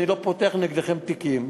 אני לא פותח נגדכם תיקים,